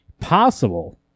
possible